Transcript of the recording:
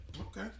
Okay